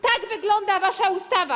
Tak wygląda wasza ustawa.